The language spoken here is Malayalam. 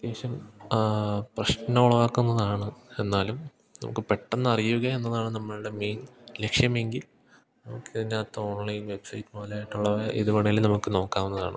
അത്യാവശ്യം പ്രശ്നം ഉളവാക്കുന്നതാണ് എന്നാലും നമുക്ക് പെട്ടെന്ന് അറിയുക എന്നതാണ് നമ്മളുടെ മെയിൻ ലക്ഷ്യമെങ്കിൽ നമുക്ക് അതിനകത്ത് ഓൺലൈൻ വെബ്സൈറ്റ് മുതലായിട്ടുള്ളവ ഏതു വേണമെങ്കിലും നമുക്ക് നോക്കാവുന്നതാണ്